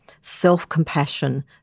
self-compassion